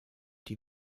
die